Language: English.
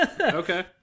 Okay